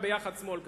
הם ביחד שמאל,